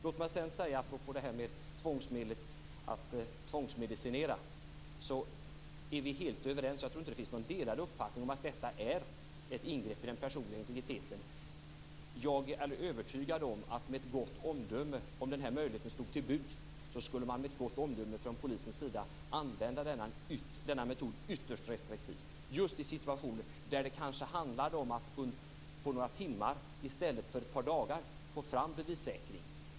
Låt mig sedan säga något om det här med tvångsmedlet att tvångsmedicinera. Vi är helt överens, jag tror inte att det finns någon annan uppfattning, om att detta är ett ingrepp i den personliga integriteten. Jag är övertygad om att om den här möjligheten stod till buds skulle man från polisens sida med gott omdöme använda denna metod ytterst restriktivt. Man skulle använda den just i situationer där det kanske handlar om att på några timmar, i stället för dagar, få fram bevissäkring.